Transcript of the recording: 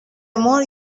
amor